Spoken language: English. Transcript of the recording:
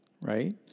right